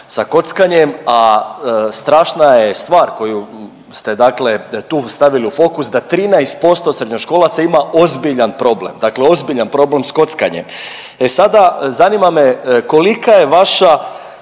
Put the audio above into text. sa kockanjem, a strašna je stvar koju ste dakle tu stavili u fokus da 13% srednjoškolaca ima ozbiljan problem, dakle ozbiljan problem s kockanjem. E sada, zanima me kolika je vaša